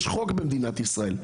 יש חוק במדינת ישראל,